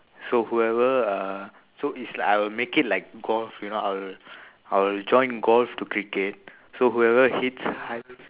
so whoever uh so it's like I will make it like golf you know I'll I'll join golf to cricket so whoever hits high